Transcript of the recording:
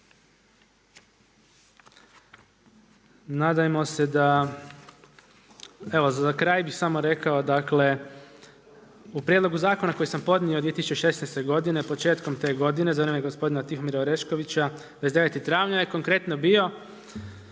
Nadajmo se da, evo za kraj bih samo rekao dakle, u prijedlogu zakona koji sam podnio 2016. godine, početkom te godine, za vrijeme gospodina Tihomira Oreškovića 29. travnja je konkretno bio